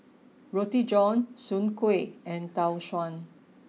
Roti John Soon Kuih and Tau Suan